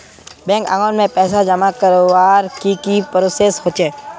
Bank account में पैसा जमा करवार की की प्रोसेस होचे?